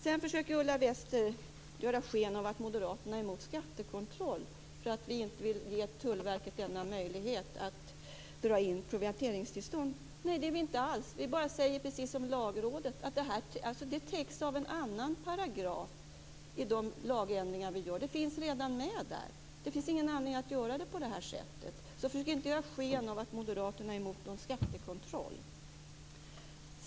Sedan försökte Ulla Wester ge sken av att moderaterna är emot skattekontroll, därför att vi inte vill ge Tullverket möjlighet att dra in provianteringstillstånd. Nej, det är vi inte alls. Vi säger bara precis som Lagrådet att detta täcks av en annan paragraf i de lagändringar vi gör. Det finns redan med där. Det finns ingen anledning att göra på det här sättet. Försök inte ge sken av att moderaterna är emot någon skattekontroll.